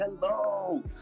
hello